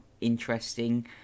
interesting